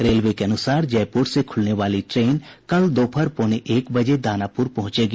railway के अनुसार जयपुर से खुलने वाली ट्रेन कल दोपहर पौने एक बजे दानापुर पहुंचेगी